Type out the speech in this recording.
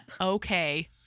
Okay